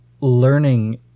learning